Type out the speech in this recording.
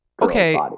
Okay